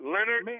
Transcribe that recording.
Leonard